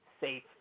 safe